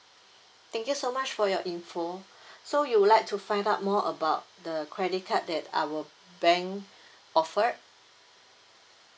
thank you so much for your info so you would like to find out more about the credit card that our bank offered